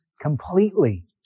completely